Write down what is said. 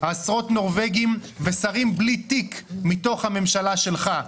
עשרות נורבגים ושרים בלי תיק מתוך הממשלה שלך,